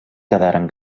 quedaran